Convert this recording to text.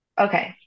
Okay